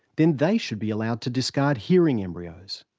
then they should be allowed to discard hearing embryos.